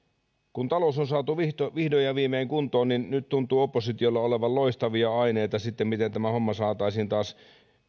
kun talous on saatu vihdoin vihdoin ja viimein kuntoon niin nyt tuntuu oppositiolla olevan loistavia aineita siihen miten tämä homma saataisiin taas